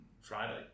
Friday